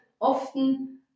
often